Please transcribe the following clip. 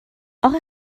آخه